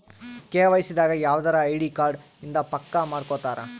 KYC ದಾಗ ಯವ್ದರ ID card ಇಂದ ಪಕ್ಕ ಮಾಡ್ಕೊತರ